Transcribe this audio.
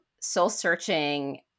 soul-searching